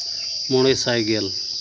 ᱢᱚᱬᱮ ᱥᱟᱭ ᱜᱮᱞ